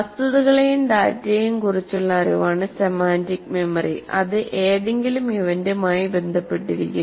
വസ്തുതകളെയും ഡാറ്റയെയും കുറിച്ചുള്ള അറിവാണ് സെമാന്റിക് മെമ്മറി അത് ഏതെങ്കിലും ഇവന്റുമായി ബന്ധപ്പെട്ടിരിക്കില്ല